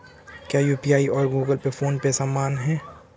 क्या यू.पी.आई और Google Pay PhonePe समान हैं?